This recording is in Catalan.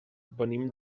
venim